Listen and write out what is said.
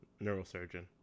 Neurosurgeon